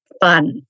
fun